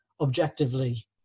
objectively